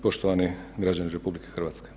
Poštovani građani RH.